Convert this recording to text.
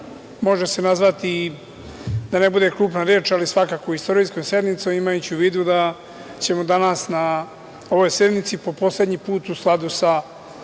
može se nazvati, da ne bude krupna reč, ali svakako istorijska sednica, imajući u vidu da ćemo danas na ovoj sednici po poslednji put, u skladu sa